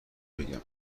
بگم